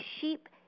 sheep